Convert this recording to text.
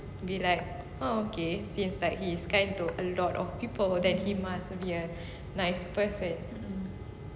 be like oh okay since like he is kind to a lot of people then he must be a nice person